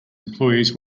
employees